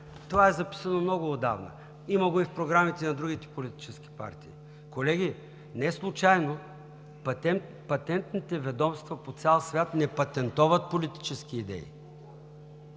това е записано много отдавна. Има го и в програмите на другите политически партии. Колеги, неслучайно патентните ведомства по цял свят не патентоват политически идеи.